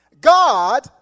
God